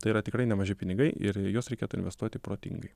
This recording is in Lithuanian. tai yra tikrai nemaži pinigai ir juos reikėtų investuoti protingai